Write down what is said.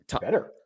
better